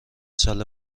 ساله